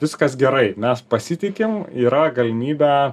viskas gerai mes pasitikim yra galimybę